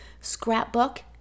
Scrapbook